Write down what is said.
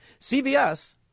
CVS